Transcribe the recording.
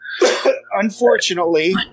Unfortunately